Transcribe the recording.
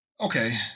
okay